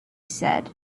said